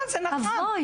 נכון